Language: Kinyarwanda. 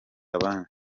abandi